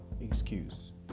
excuse